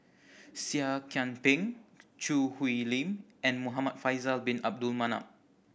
Seah Kian Peng Choo Hwee Lim and Muhamad Faisal Bin Abdul Manap